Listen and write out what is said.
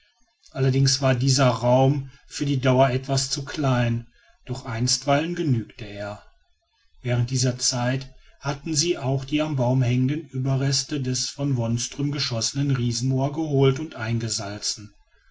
allerdings war dieser raum für die dauer etwas zu klein doch einstweilen genügte er während dieser zeit hatten sie auch die am baume hängenden überreste des von wonström geschossenen riesenmoa geholt und eingesalzen